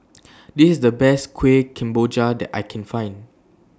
This IS The Best Kueh Kemboja that I Can Find